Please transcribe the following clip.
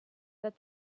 that